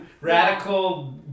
radical